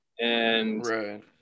and-